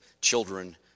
children